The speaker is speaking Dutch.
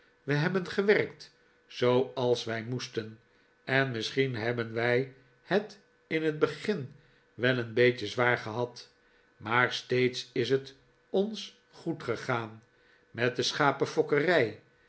wij hebben gewerkt zooals wij moesten en misschien hebben wij het in t begin wel een beetje zwaar gehad maar steeds is het ons goed gegaan met de